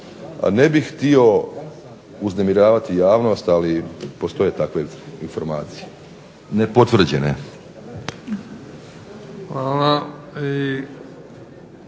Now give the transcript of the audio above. ne bih htio uznemiravati javnost, ali postoje takve informacije, nepotvrđene.